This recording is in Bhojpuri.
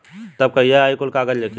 तब कहिया आई कुल कागज़ लेके?